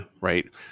Right